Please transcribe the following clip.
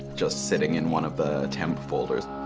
just sitting in one of the temp folders.